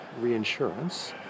Reinsurance